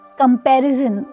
comparison